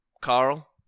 Carl